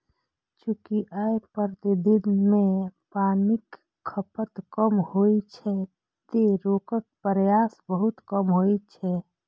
चूंकि अय पद्धति मे पानिक खपत कम होइ छै, तें रोगक प्रसार बहुत कम होइ छै